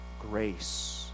Grace